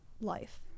life